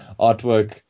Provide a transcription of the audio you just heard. artwork